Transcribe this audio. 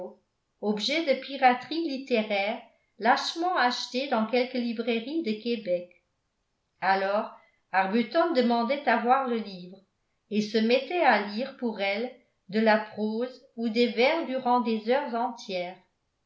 de longfellow objet de piraterie littéraire lâchement acheté dans quelque librairie de québec alors arbuton demandait à voir le livre et se mettait à lire pour elle de la prose ou des vers durant des heures entières